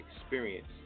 experience